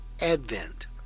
Advent